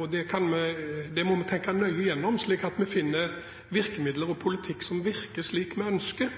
og det må vi tenke nøye gjennom, slik at vi finner virkemidler og politikk som virker slik vi ønsker.